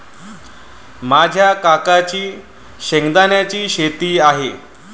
माझ्या काकांची शेंगदाण्याची शेती आहे